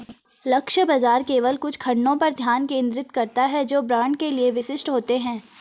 लक्ष्य बाजार केवल कुछ खंडों पर ध्यान केंद्रित करता है जो ब्रांड के लिए विशिष्ट होते हैं